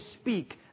speak